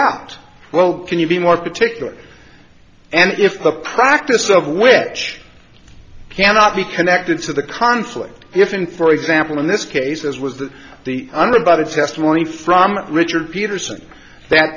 out well can you be more particular and if the practice of which cannot be connected to the conflict if in for example in this case as was the under by the testimony from richard peterson that